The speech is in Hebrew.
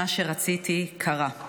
מה שרציתי קרה,